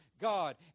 God